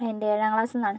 എൻ്റെ ഏഴാം ക്ലാസ്സിൽ നിന്നാണ്